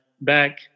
back